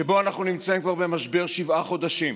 שבו אנחנו נמצאים, משבר של שבעה חודשים,